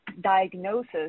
diagnosis